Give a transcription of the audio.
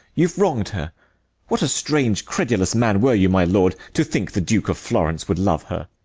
you have wrong'd her what a strange credulous man were you, my lord, to think the duke of florence would love her!